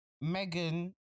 Megan